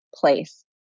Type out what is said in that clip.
place